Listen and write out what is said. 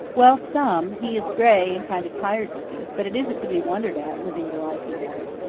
well, some. he is gray and kind of tired-looking. but it isn't to be wondered at living the life he does.